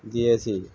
দিয়েছি